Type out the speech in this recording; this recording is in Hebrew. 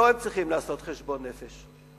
לא הם צריכים לעשות חשבון נפש,